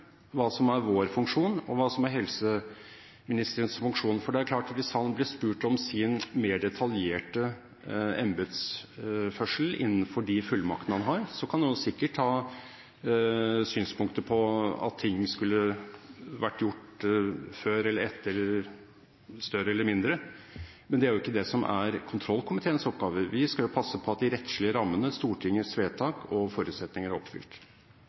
hva som er vår funksjon, og hva som er helseministerens funksjon. Det er klart at hvis han ble spurt om sin mer detaljerte embetsførsel innenfor de fullmaktene han har, kan han sikkert ha synspunkter på at ting skulle vært gjort før eller etter, eller større eller mindre. Det er ikke det som er kontrollkomiteens oppgave. Vi skal passe på at de rettslige rammene, Stortingets vedtak og forutsetninger er oppfylt.